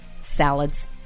salads